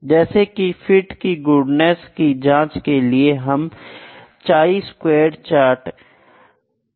जैसे की फिट की गुडनेस की जांच के लिए हम चाई स्क्वैरेड टेस्ट